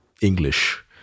English